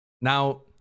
Now